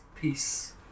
peace